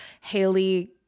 Haley